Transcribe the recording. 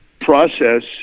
process